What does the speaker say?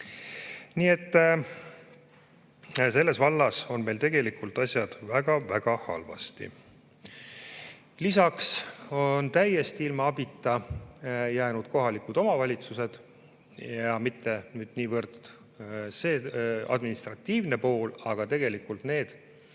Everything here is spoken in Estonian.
Nii et selles vallas on meil tegelikult asjad väga-väga halvasti. Lisaks on täiesti ilma abita jäänud kohalikud omavalitsused, ja mitte niivõrd see administratiivne pool. Tegelikult need